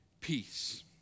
Peace